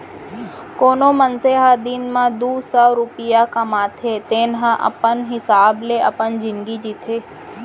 कोनो मनसे ह दिन म दू सव रूपिया कमाथे तेन ह अपन हिसाब ले अपन जिनगी जीथे